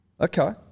Okay